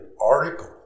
article